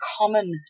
common